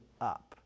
up